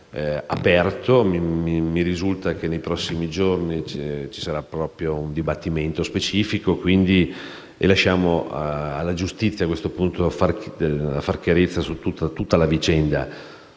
mi risulta che nei prossimi giorni ci sarà un dibattimento specifico, quindi lasciamo alla giustizia il compito di fare chiarezza su tutta la vicenda.